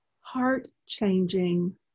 heart-changing